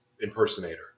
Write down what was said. impersonator